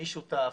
מי שותף,